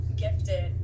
gifted